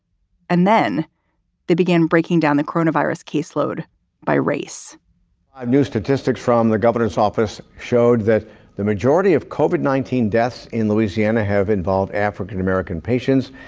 and then they began breaking down the coronavirus caseload by race new statistics from the governor's office showed that the majority of covid nineteen deaths in louisiana have involved african american patients,